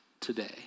today